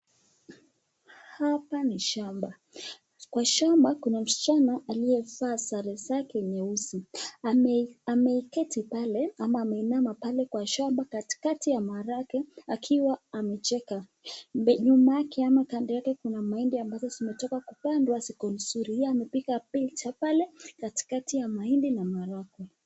Hapa ni shamba. Kwa shamba kuna msichana aliye vaa sare zake nyeusi. Ameiketi pale ama ameinama pale kwa shamba katikati ya marake akiwa amecheka. Nyuma yake ama kando yake kuna mahindi ambazo zimetoka kupandwa ziko nzuri. Hii amepiga picha pale katikati ya mahindi na maragwe.